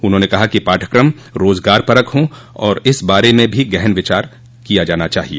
उन्होंने कहा कि पाठ्यक्रम रोज़गारपरक हो इस बारे में भी गहन विचार करना चाहिए